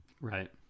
Right